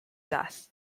death